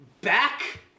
back